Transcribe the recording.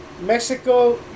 Mexico